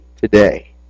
today